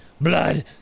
blood